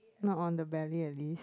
not on the belly at least